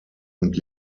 und